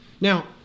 Now